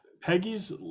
Peggy's